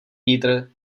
vítr